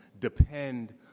depend